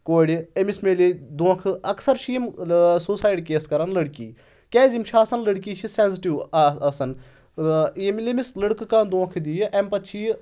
کورِ أمِس مِلے دوکھہٕ اکثر چھِ یِم سوسایڈ کیس کران لٔڑکی کیازِ یِم چھِ آسان لٔڑکی چھِ سؠنزٹِو آسان ییٚمہِ أمِس لٔڑکہٕ کانٛہہ دونکھہٕ دِیِو امہِ پتہٕ چھِ یہِ